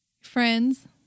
Friends